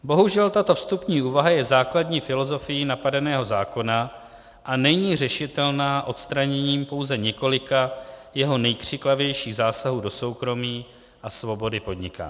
Bohužel, tato vstupní úvaha je základní filosofií napadeného zákona a není řešitelná odstraněním pouze několika jeho nejkřiklavějších zásahů do soukromí a svobody podnikání.